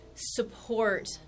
support